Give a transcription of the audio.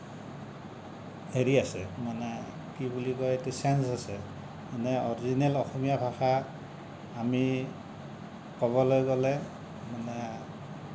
হেৰি আছে মানে কি বুলি কয় এইটো চেঞ্জ আছে মানে অৰিজিনেল অসমীয়া ভাষা আমি ক'বলৈ গ'লে মানে